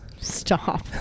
Stop